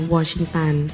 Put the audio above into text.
Washington